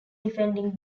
defending